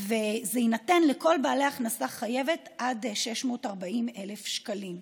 וזה יינתן לכל בעלי הכנסה חייבת עד 640,000 שקלים.